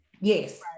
Yes